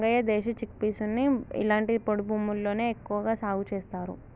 రంగయ్య దేశీ చిక్పీసుని ఇలాంటి పొడి భూముల్లోనే ఎక్కువగా సాగు చేస్తారు